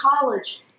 college